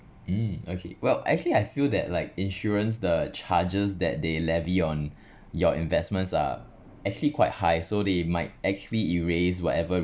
um okay well actually I feel that like insurance the charges that they levy on your investments are actually quite high so they might actually erase whatever